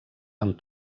amb